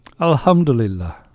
Alhamdulillah